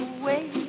away